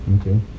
Okay